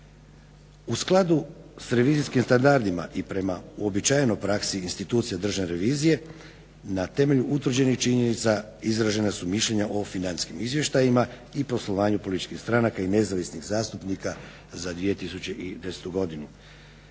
U skladu s revizijskim standardima i prema uobičajenoj praksi institucije državne revizije na temelju utvrđenih činjenica izražena su mišljenja o financijskim izvještajima i poslovanju političkih stranaka i nezavisnih zastupnika za 2010. godinu.